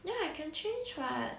then I can change what